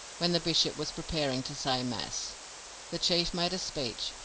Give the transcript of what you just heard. when the bishop was preparing to say mass the chief made a speech.